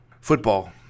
football